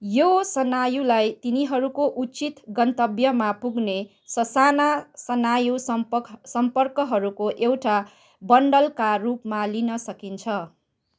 यो सनायुलाई तिनीहरूको उचित गन्तव्यमा पुग्ने ससाना सनायु सम्पक सम्पर्कहरूको एउटा बन्डलका रूपमा लिन सकिन्छ